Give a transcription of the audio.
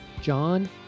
john